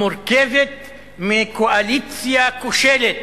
המורכבת מקואליציה כושלת